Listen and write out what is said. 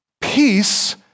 peace